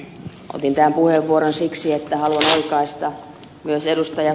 otin tämän puheenvuoron siksi että haluan oikaista myös ed